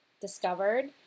discovered